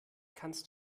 kannst